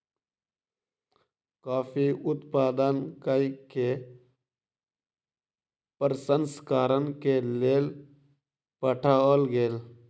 coffee उत्पादन कय के प्रसंस्करण के लेल पठाओल गेल